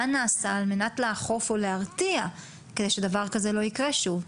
מה נעשה על מנת לאכוף או להרתיע כדי שדבר כזה לא יקרה שוב.